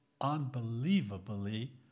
unbelievably